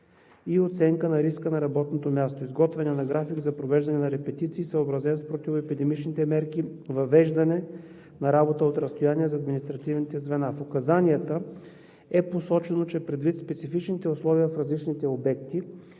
и оценката на риска на работното място; изготвяне на график за провеждане на репетиции, съобразен с противоепидемичните мерки; въвеждане на работа от разстояние за административните звена. В указанията е посочено, че предвид специфичните условия в различните обекти,